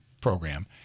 program